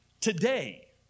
today